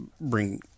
bring